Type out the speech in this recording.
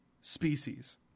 species